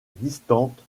distante